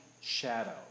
shadow